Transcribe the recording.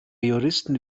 juristen